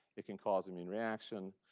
it can cause a mean reaction.